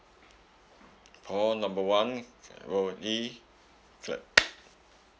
call number one M_O_E clap